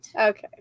Okay